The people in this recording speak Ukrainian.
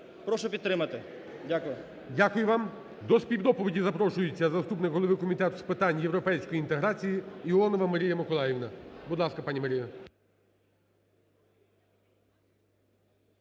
Прошу підтримати. Дякую. ГОЛОВУЮЧИЙ. Дякую вам. До співдоповіді запрошується заступник голови Комітету з питань європейської інтеграції Іонова Марія Миколаївна. Будь ласка, пані Марія.